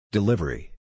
Delivery